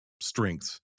strengths